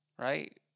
right